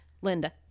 Linda